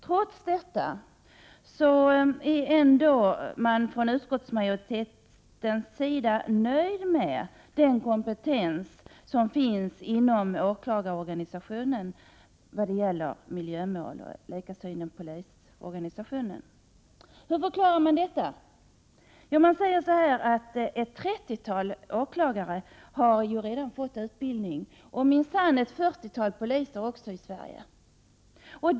Trots detta är man från utskottsmajoritetens sida nöjd med den kompetens som finns inom åklagarorganisationen och polisorganisationen i vad gäller miljömål. Hur förklarar man detta? Man säger att ett trettiotal åklagare och ett fyrtiotal poliser i Sverige redan har fått utbildning.